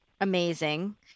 amazing